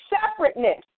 separateness